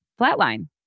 flatline